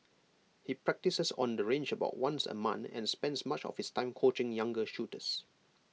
he practises on the range about once A month and spends much of his time coaching younger shooters